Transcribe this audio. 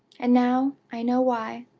and now i know why.